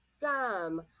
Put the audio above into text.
gum